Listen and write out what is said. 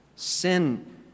Sin